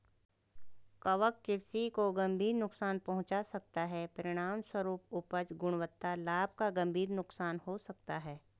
कवक कृषि को गंभीर नुकसान पहुंचा सकता है, परिणामस्वरूप उपज, गुणवत्ता, लाभ का गंभीर नुकसान हो सकता है